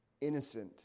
innocent